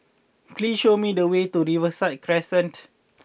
please show me the way to Riverside Crescent